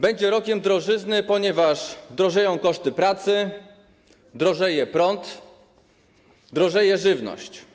Będzie rokiem drożyzny, ponieważ drożeją koszty pracy, drożeje prąd, drożeje żywność.